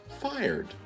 fired